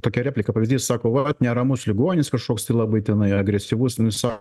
tokia replika pavyzdys sako vat neramus ligonis kažkoks tai labai tenai agresyvus nu jis sa